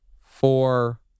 four